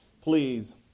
Please